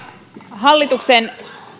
hallituksen